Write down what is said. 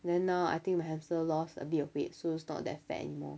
then now I think my hamster lost a bit of weight so it's not that fat anymore